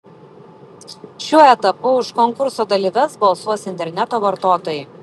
šiuo etapu už konkurso dalyves balsuos interneto vartotojai